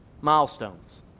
Milestones